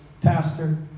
pastor